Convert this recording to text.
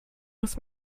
muss